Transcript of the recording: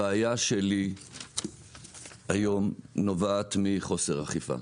הבעיה שלי היום נובעת מחוסר אכיפה.